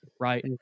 right